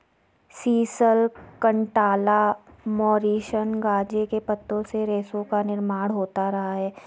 sisal, cantala, Mauritius गांजे के पत्तों से रेशों का निर्माण होता रहा है